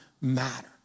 matter